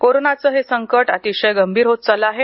कोरोनाचं हे संकट अतिशय गंभीर होत चाललं आहे